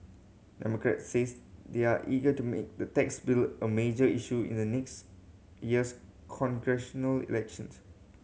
democrats says they're eager to make the tax bill a major issue in next year's congressional election